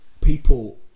people